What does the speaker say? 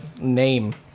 name